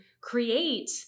create